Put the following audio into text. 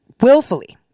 willfully